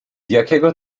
jakiego